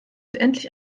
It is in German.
endlich